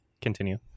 Continue